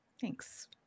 thanks